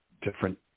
different